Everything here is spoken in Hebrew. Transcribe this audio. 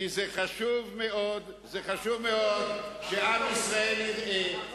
כי זה חשוב מאוד שעם ישראל יראה,